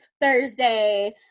Thursday